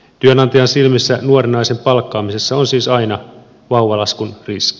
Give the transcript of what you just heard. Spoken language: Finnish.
työnantajan silmissä nuoren naisen palkkaamisessa on siis aina vauvalaskun riski